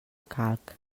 calc